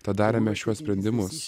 tad darėme šiuos sprendimus